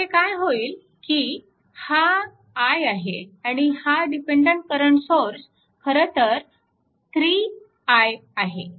येथे काय होईल की हा I आहे आणि हा डिपेन्डन्ट करंट सोर्स खरेतर 3 I आहे